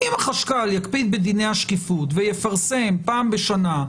אם החשכ"ל יקפיד בדיני השקיפות ויפרסם פעם בשנה,